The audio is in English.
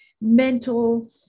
mental